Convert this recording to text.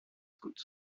scouts